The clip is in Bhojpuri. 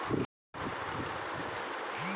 किसान के कहीं से फायदा नाइ मिलेला